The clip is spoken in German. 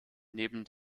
neben